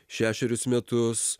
šešerius metus